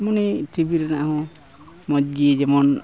ᱢᱟᱱᱮ ᱴᱤᱵᱷᱤ ᱨᱮᱱᱟᱜ ᱦᱚᱸ ᱢᱚᱡᱽ ᱜᱮ ᱡᱮᱢᱚᱱ